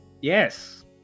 Yes